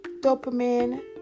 dopamine